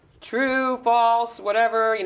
true, false, whatever,